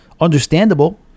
Understandable